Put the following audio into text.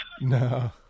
No